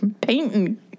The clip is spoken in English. painting